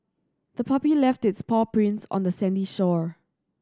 the puppy left its paw prints on the sandy shore